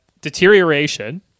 deterioration